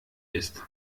ist